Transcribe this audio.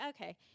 okay